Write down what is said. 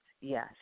Yes